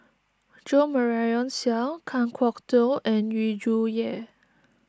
Jo Marion Seow Kan Kwok Toh and Yu Zhuye